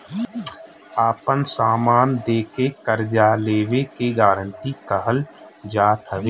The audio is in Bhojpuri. आपन समान दे के कर्जा लेवे के गारंटी कहल जात हवे